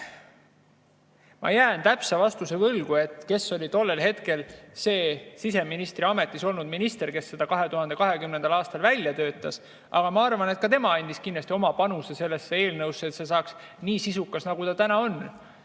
Ma jään täpse vastuse võlgu, kes oli tollel hetkel siseministri ametis olnud isik, kes seda eelnõu 2020. aastal välja töötas, aga ma arvan, et ka tema andis oma panuse sellesse eelnõusse, et see saaks nii sisukas, nagu see täna on.